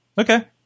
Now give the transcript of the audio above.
Okay